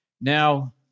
Now